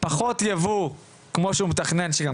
קצת יותר ייבוא כמו שהוא מתכנן שגם